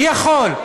מי יכול?